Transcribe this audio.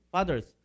Fathers